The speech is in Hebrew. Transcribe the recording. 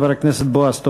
חבר הכנסת בועז טופורובסקי.